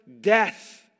death